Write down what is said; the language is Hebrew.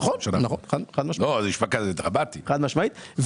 נכון, חד-משמעית.